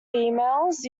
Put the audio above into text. females